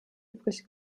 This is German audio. übrig